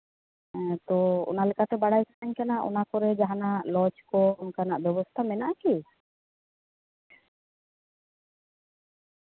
ᱛᱚ ᱚᱱᱟᱞᱮᱠᱟᱛᱮ ᱵᱟᱲᱟᱭ ᱥᱟᱱᱟᱧ ᱠᱟᱱᱟ ᱚᱱᱟ ᱠᱚᱨᱮ ᱡᱟᱦᱟᱱᱟᱜ ᱞᱚᱡᱽ ᱠᱚ ᱚᱱᱠᱟᱱᱟᱜ ᱵᱮᱵᱚᱥᱛᱟ ᱢᱮᱱᱟᱜᱼᱟ ᱠᱤ